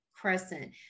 Crescent